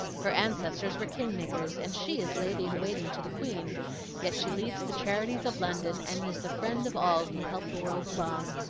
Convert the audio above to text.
her ancestors were kingmakers, and she is lady-in-waiting to the queen yet she leads the charities of london, and is the friend of all who help the world along.